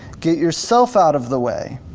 get yourself out of the way.